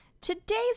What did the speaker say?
Today's